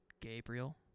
Gabriel